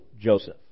Joseph